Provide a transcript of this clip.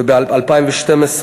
וב-2012,